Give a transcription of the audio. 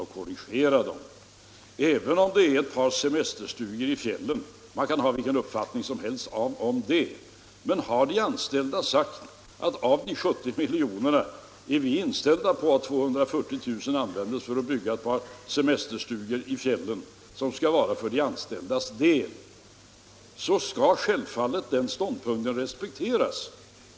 Man kan ha vilken uppfattning som helst om värdet av ett par semesterstugor i fjällen, men har personalens företrädare sagt att de är inställda på att av fondens 70 miljoner skall 240 000 kr. användas för att bygga sådana stugor avsedda att utnyttjas av de anställda, så skall självfallet den ståndpunkten respekteras.